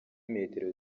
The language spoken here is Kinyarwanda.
metero